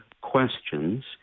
questions